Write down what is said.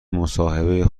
مصاحبه